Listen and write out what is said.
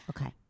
Okay